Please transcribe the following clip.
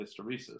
hysteresis